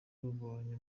rubonye